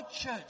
church